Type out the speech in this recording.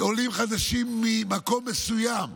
עולים חדשים ממקום מסוים,